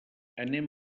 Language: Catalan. anem